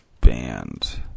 band